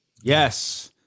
Yes